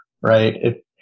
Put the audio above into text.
right